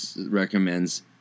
recommends